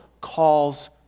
calls